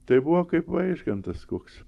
tai buvo kaip vaižgantas koks